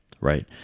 right